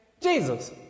Jesus